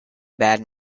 bad